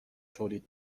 تولید